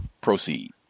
proceed